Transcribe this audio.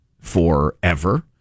forever